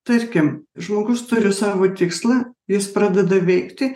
tarkim žmogus turi savo tikslą jis pradeda veikti